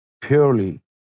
purely